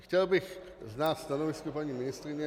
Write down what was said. Chtěl bych znát stanovisko paní ministryně.